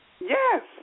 Yes